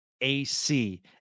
AC